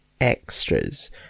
extras